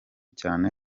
cyane